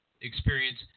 experience